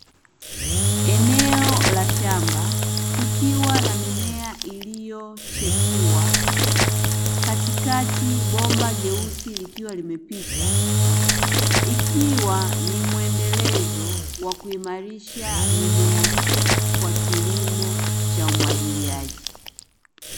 Eneo la shamba kukiwa na mimea iliyo chipua, katikati bomba jeusi likiwa limepita, ikiwa ni muendelezo wa kuimarisha mimea hii kwa kilimo cha umwagiliaji.